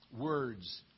words